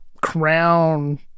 crown